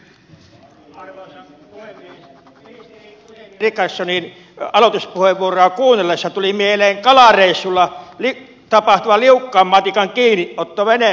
ministeri guzenina richardsonin aloituspuheenvuoroa kuunnellessa tuli mieleen kalareissulla tapahtuva liukkaan matikan kiinniotto veneen pohjalta